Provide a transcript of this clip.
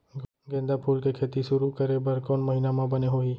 गेंदा फूल के खेती शुरू करे बर कौन महीना मा बने होही?